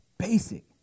Basic